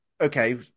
okay